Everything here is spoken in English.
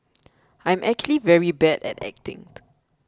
I'm actually very bad at acting